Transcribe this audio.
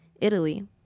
Italy